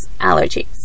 allergies